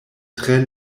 tre